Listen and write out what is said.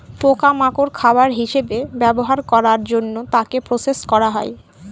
পোকা মাকড় খাবার হিসেবে ব্যবহার করার জন্য তাকে প্রসেস করা হয়